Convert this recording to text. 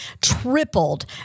tripled